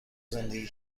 زندگی